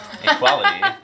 equality